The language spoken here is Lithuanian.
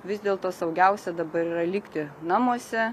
vis dėlto saugiausia dabar yra likti namuose